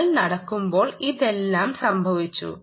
നിങ്ങൾ നടക്കുമ്പോൾ ഇതെല്ലാം സംഭവിച്ചു